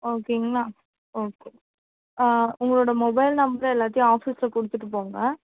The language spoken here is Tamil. ஓகேங்களா ஓகே உங்களோட மொபைல் எல்லாத்தையும் ஆஃபீஸ் ரூமில் கொடுத்துட்டு போங்க